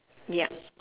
ya